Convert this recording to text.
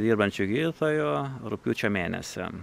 dirbančių gydytojų rugpjūčio mėnesį